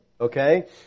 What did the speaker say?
okay